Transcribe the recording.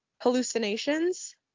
hallucinations